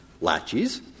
latches